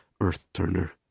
Earth-Turner